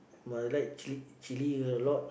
must like chili chili a lot